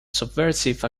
subversive